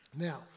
Now